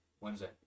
Wednesday